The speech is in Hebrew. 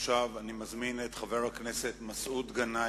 תחילה אני מברך את חברת הכנסת פניה קירשנבאום